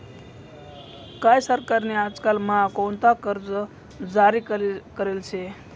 काय सरकार नी आजकाल म्हा कोणता कर्ज जारी करेल शे